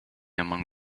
among